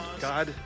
God